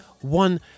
one